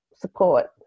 support